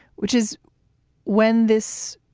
which is when this.